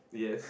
yes